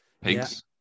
Pigs